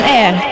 air